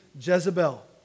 Jezebel